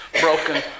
broken